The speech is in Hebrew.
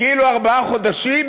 כאילו ארבעה חודשים